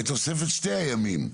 את תוספת שני הימים.